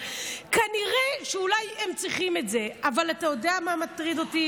ברשות יושב-ראש הישיבה, הינני מתכבדת להודיעכם,